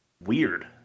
Weird